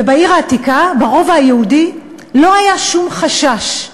ובעיר העתיקה, ברובע היהודי לא היה שום חשש.